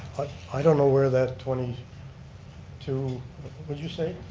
but i don't know where that twenty two, what'd you say?